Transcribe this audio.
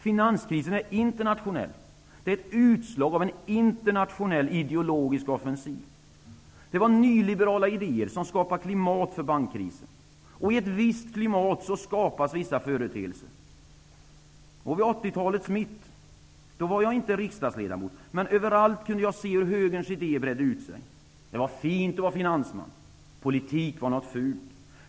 Finanskrisen är internationell och ett utslag av en internationell ideologisk offensiv. Det var nyliberala idéer som skapade klimat för bankkrisen. I ett visst klimat skapas vissa företeelser. Vid 80-talets mitt var jag inte riksdagsledamot, men överallt kunde jag se hur högerns idéer bredde ut sig. Det var fint att vara finansman, och politik var något fult.